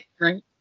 right